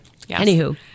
anywho